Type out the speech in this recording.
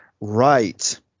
Right